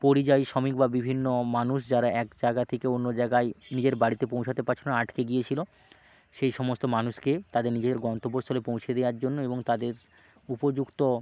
পরিযায়ী শ্রমিক বা বিভিন্ন মানুষ যারা এক জায়গা থেকে অন্য জায়গায় নিজের বাড়িতে পৌঁছাতে পারছিল না আটকে গিয়েছিল সেই সমস্ত মানুষকে তাদের নিজেদের গন্তব্যস্থলে পৌঁছে দেওয়ার জন্য এবং তাদের উপযুক্ত